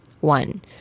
One